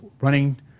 running